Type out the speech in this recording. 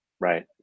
Right